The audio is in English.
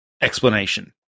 explanation